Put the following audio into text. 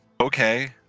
Okay